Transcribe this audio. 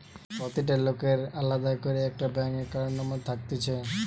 প্রতিটা লোকের আলদা করে একটা ব্যাঙ্ক একাউন্ট নম্বর থাকতিছে